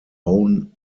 own